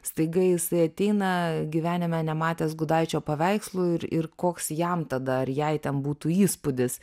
staiga jisai ateina gyvenime nematęs gudaičio paveikslų ir ir koks jam tada ar jai ten būtų įspūdis